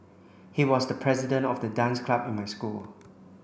he was the president of the dance club in my school